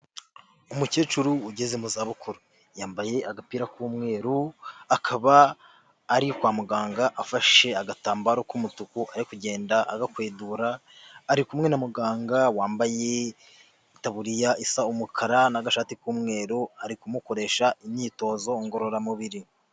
Umukecuru ugeze mu za bukuru. Yambaye agapira k'umweru, akaba ari kwa muganga afashe agatambaro k'umutuku, ari kugenda agakwedura, ari kumwe na muganga wambaye itaburiya isa umukara n'agashati k'umweru, ari kumukoresha imyitozo ngororamubiri.